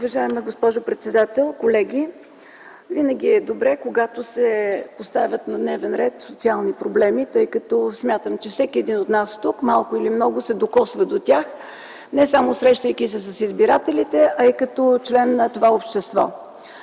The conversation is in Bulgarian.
Уважаема госпожо председател, колеги! Винаги е добре, когато се поставят на дневен ред социални проблеми, тъй като смятам, че всеки един от нас тук малко или много се докосва до тях не само срещайки се с избирателите, а и като член на това общество.